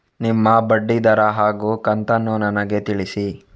ನಿಮ್ಮ ಬಡ್ಡಿದರ ಹಾಗೂ ಕಂತನ್ನು ನನಗೆ ತಿಳಿಸಿ?